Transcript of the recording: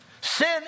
Sin